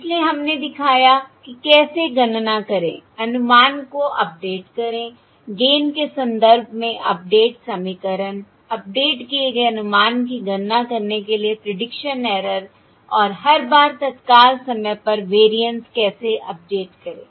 इसलिए हमने दिखाया कि कैसे गणना करें अनुमान को अपडेट करें गेन के संदर्भ में अपडेट समीकरण अपडेट किए गए अनुमान की गणना करने के लिए प्रीडिक्शन एरर और हर बार तत्काल समय पर वेरिएंस कैसे अपडेट करें